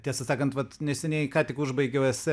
tiesą sakant vat neseniai ką tik užbaigiau esė